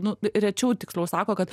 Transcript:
nu rečiau tiksliau sako kad